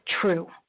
true